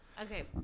Okay